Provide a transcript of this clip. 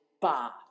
bar